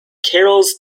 carols